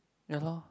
ya lor